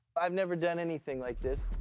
i've never done anything like this.